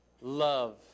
love